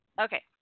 okay